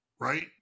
Right